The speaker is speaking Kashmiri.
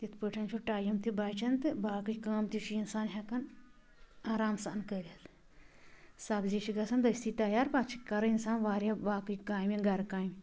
یِتھ پٲٹھۍ چھُ ٹایِم تہِ بَچان تہٕ باقٕے کٲم تہِ چھُ انسان ہیٚکان آرام سان کٔرِتھ سَبزی چھِ گَژھان دٔستی تَیار پَتہٕ چھِ کَران انسان واریاہ باقٕے کامہِ گھرٕ کامہِ